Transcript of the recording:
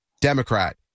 Democrat